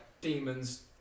demons